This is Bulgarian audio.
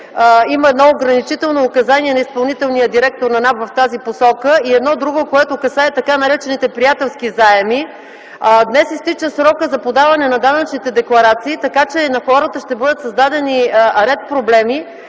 Има едно ограничително указание на изпълнителния директор на НАП в тази посока. Има и друго, което касае така наречените приятелски заеми. Днес изтича и срокът за подаване на данъчните декларации, така че на хората ще бъдат създадени ред проблеми.